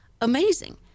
amazing